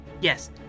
yes